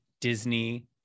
Disney